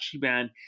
band